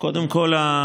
קודם כול,